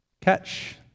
Catch